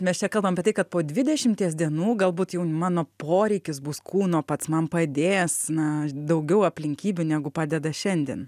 mes čia kalbam apie tai kad po dvidešimties dienų galbūt jau mano poreikis bus kūno pats man padės na daugiau aplinkybių negu padeda šiandien